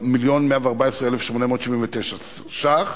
מיליון ו-114,879 ש"ח.